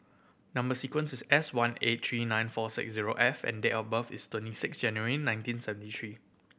number sequence is S one eight three nine four six zero F and date of birth is twenty six January nineteen seventy three